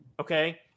Okay